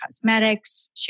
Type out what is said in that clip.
cosmetics